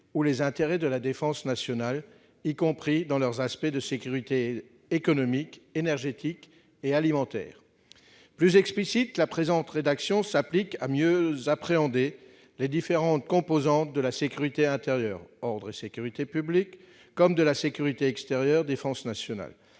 ou les intérêts de la défense nationale, y compris dans leurs aspects de sécurité économique, énergétique et alimentaire. Plus explicite, la présente rédaction s'applique à mieux appréhender les différentes composantes de la sécurité intérieure- ordre et sécurité publics -, comme de la sécurité extérieure- défense nationale